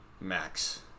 Max